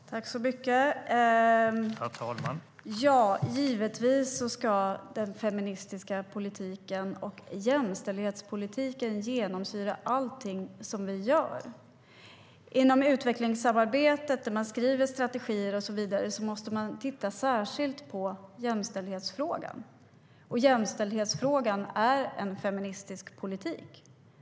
STYLEREF Kantrubrik \* MERGEFORMAT Internationellt biståndGivetvis ska den feministiska politiken och jämställdhetspolitiken genomsyra allt vi gör. Inom utvecklingssamarbetet, där man skriver strategier, måste man titta särskilt på jämställdhetsfrågan. Jämställdhetsfrågan är feministisk politik.